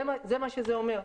זה מה שנאמר.